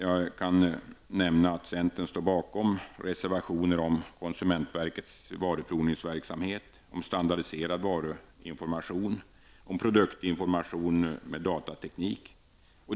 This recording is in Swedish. Det kan nämnas att centern står bakom reservationer om konsumentverkets varuprovningsverksamhet, standardiserad varuinformation och produktinformation med datateknik.